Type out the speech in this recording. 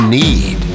need